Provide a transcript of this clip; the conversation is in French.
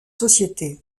société